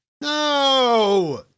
no